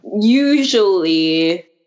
usually